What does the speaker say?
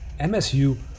MSU